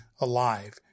alive